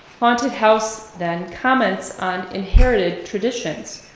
haunted house then comments on inherited traditions,